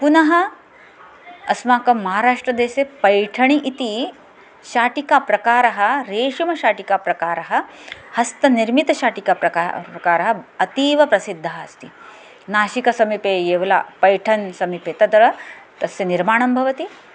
पुनः अस्माकं महाराष्ट्रदेशे पैठणी इति शाटिकाप्रकारः रेशिमशाटिकाप्रकारः हस्तनिर्मितशाटिकाप्रकारः प्रकारः अतीव प्रसिद्धः अस्ति नाशिकसमीपे एवला पैठन् समीपे तद् तस्य निर्माणं भवति